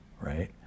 right